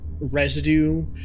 residue